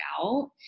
out